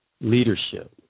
leadership